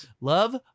Love